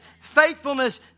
faithfulness